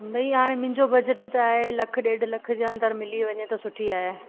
भई हाणे मुंहिंजो बजेट त आहे लख ॾेढु लख जे अंदरि मिली वञे त सुठी आहे